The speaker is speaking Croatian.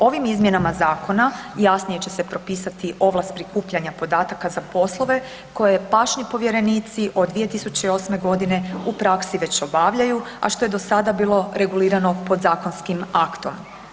Ovim izmjenama zakona jasnije će se propisati ovlast prikupljanja podataka za poslove koje pašni povjerenici od 2008. g. u praksi već obavljaju, a što je do sada bilo regulirano podzakonskim aktom.